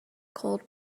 cold